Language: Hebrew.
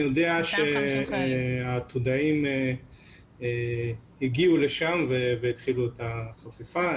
אני יודע שהעתודאים הגיעו לשם והתחילו את החפיפה.